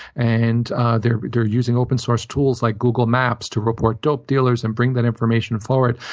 and they're they're using open source tools, like google maps, to report dope dealers and bring that information forward.